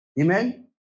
Amen